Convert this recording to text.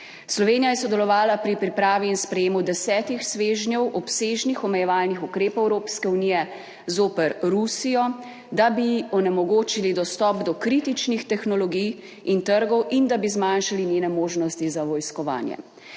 Slovenija je sodelovala pri pripravi in sprejemu desetih svežnjev obsežnih omejevalnih ukrepov Evropske unije zoper Rusijo, da bi onemogočili dostop do kritičnih tehnologij in trgov in da bi zmanjšali njene možnosti za vojskovanje.